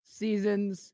seasons